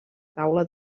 taula